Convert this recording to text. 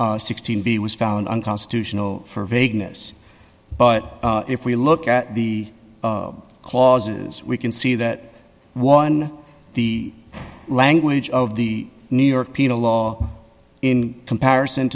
that sixteen be was found unconstitutional for vagueness but if we look at the clauses we can see that one the language of the new york penal law in comparison